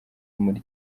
muri